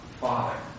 Father